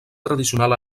tradicional